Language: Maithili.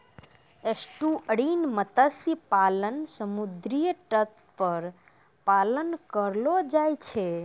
एस्टुअरिन मत्स्य पालन समुद्री तट पर पालन करलो जाय छै